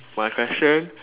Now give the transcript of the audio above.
my question